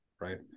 right